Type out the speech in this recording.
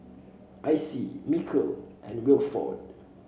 Icie Mikal and Wilford